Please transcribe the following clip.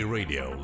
Radio